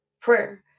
Prayer